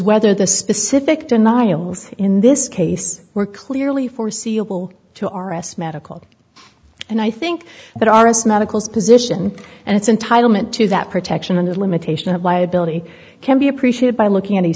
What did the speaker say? whether the specific denials in this case were clearly foreseeable to r s medical and i think that our us medicals position and its entitle ment to that protection and limitation of liability can be appreciated by looking a